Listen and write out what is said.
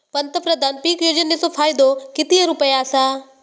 पंतप्रधान पीक योजनेचो फायदो किती रुपये आसा?